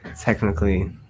technically